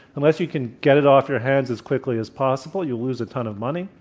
unless you can get it off your hands as quickly as possible, you lose a ton of money.